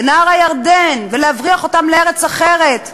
בנהר הירדן ולהבריח אותם לארץ אחרת,